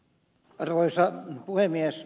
arvoisa puhemies